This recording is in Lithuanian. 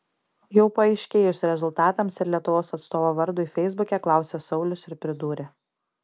jau paaiškėjus rezultatams ir lietuvos atstovo vardui feisbuke klausė saulius ir pridūrė